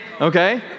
okay